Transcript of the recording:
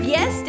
Yes